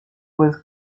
was